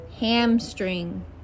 Hamstring